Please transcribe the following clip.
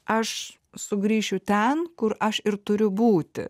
aš sugrįšiu ten kur aš ir turiu būti